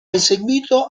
eseguito